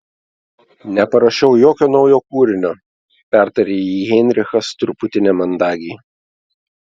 neparašiau jokio naujo kūrinio pertarė jį heinrichas truputį nemandagiai